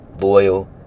loyal